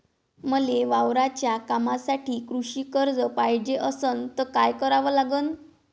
मले वावराच्या कामासाठी कृषी कर्ज पायजे असनं त काय कराव लागन?